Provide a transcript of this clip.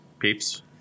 peeps